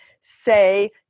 say